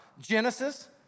Genesis